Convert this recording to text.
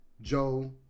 Joe